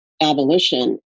abolition